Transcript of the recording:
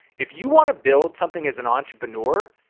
if you wanna build something as an entrepreneur,